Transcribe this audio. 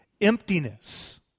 emptiness